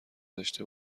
داشته